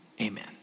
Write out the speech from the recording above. amen